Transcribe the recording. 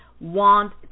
want